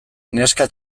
neska